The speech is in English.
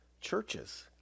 churches